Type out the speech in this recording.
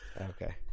Okay